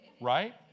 right